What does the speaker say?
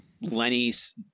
lenny's